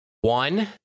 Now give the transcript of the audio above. one